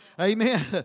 Amen